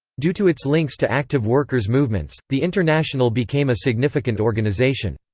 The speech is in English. due to its links to active workers' movements, the international became a significant organisation.